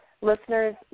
Listeners